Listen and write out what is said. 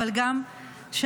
אבל גם שאני,